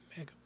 megabytes